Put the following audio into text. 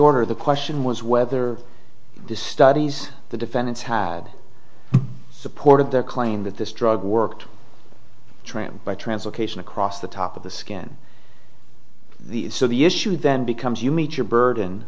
order the question was whether this studies the defendants had supported their claim that this drug worked trim by translocation across the top of the skin the so the issue then becomes you meet your burd